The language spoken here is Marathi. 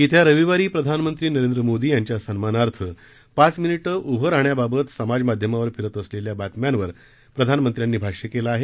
येत्या रविवारी प्रधानमंत्री नरेंद्र मोदींच्या सन्मानार्थ पाच मिनिटे उभे राहण्यासाठी समाज माध्यमावर फिरत असलेल्या बातम्यांवर प्रधानमंत्र्यांनी भाष्य केले आहे